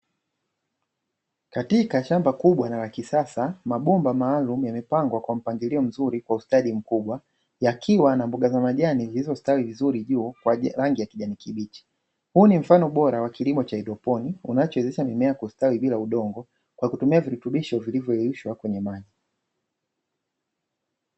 Katika shamba kubwa na la kisasa, mabomba maalumu yamepangwa kwa mpangilio mzuri kwa ustadi mkubwa yakiwa na mboga za majani zilizostawi vizuri juu kwa rangi ya kijani kibichi. Huu ni mfano bora wa kilimo cha haidroponi unaowezesha mimea kustawi bila udongo kwa kutumia virutubisho vilivyoyeyushwa ndani ya maji.